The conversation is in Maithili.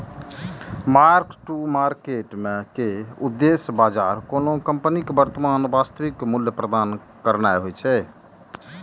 मार्क टू मार्केट के उद्देश्य बाजार कोनो कंपनीक वर्तमान वास्तविक मूल्य प्रदान करना होइ छै